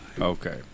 Okay